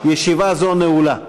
ישיבה זו נעולה.